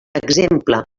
exemple